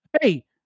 Hey